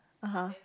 (uh huh)